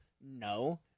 no